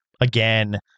again